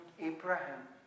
Abraham